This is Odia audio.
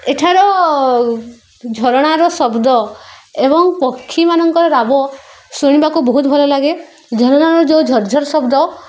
ଏଠାର ଝରଣାର ଶବ୍ଦ ଏବଂ ପକ୍ଷୀମାନଙ୍କର ରାବ ଶୁଣିବାକୁ ବହୁତ ଭଲ ଲାଗେ ଝରଣାର ଯେଉଁ ଝର୍ ଝର୍ ଶବ୍ଦ